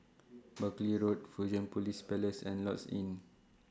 Buckley Road Fusionopolis Place and Lloyds Inn